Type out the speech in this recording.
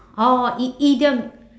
oh i~ idiom